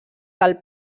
del